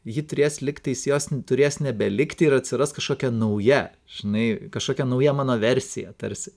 ji turės lygtais jos turės nebelikti ir atsiras kažkokia nauja žinai kažkokia nauja mano versija tarsi